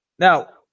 Now